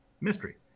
mystery